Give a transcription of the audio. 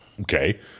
okay